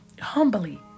humbly